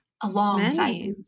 alongside